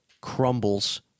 crumbles